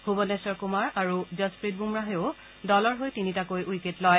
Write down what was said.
ভুৱনেখ্বৰ কুমাৰ আৰু জচ্প্ৰিত বুমৰাহেও দলৰ হৈ তিনিটাকৈ উইকেট লয়